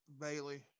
Bailey